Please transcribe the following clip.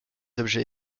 objets